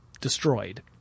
destroyed